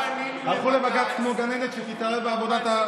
בחרה לפנות לבג"ץ בצורה פשוטה,